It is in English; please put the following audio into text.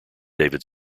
david